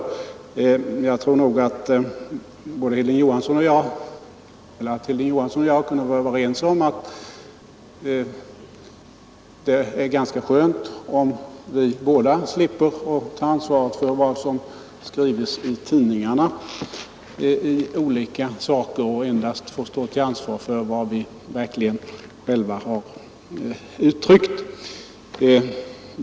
Hilding Johansson och jag borde vara överens om, tycker jag, att det är ganska skönt, att vi båda slipper att ta ansvaret för vad som skrivs i tidningarna i olika sammanhang och endast behöver stå till svars för vad vi själva verkligen har uttryckt.